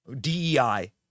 DEI